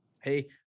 Hey